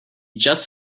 just